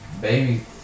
baby